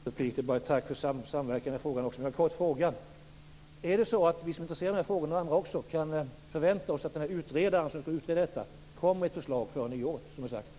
Herr talman! Jag vill bara säga tack för samverkan i den frågan. Jag har en kort fråga: Är det så att vi som är intresserade av de här frågorna kan förvänta oss att den utredare som skulle utreda detta kommer med ett förslag före nyår, som det var sagt?